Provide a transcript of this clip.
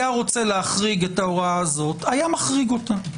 היה רוצה להחריג את ההוראה הזאת היה עושה זאת.